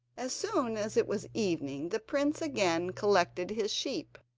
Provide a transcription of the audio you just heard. as soon as it was evening the prince again collected his sheep,